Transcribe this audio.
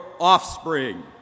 offspring